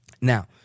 Now